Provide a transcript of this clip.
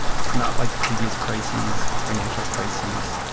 it's not like previous crises, financial crises.